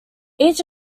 each